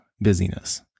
busyness